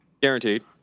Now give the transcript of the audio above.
guaranteed